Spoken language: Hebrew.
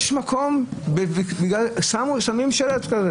יש מקום ששמים שלט כזה